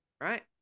right